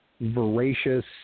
voracious